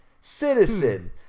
citizen